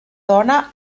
dona